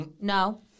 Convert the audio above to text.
no